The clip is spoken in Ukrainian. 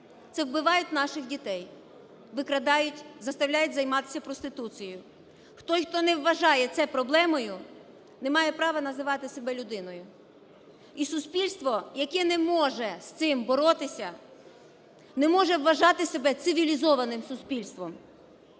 Це вбивають наших дітей, викрадають, заставляють займатися проституцією. Той, хто не вважає це проблемою, не має права називати себе людиною. І суспільство, яке не може з цим боротися, не може вважати себе цивілізованим суспільством.